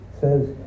says